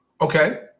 Okay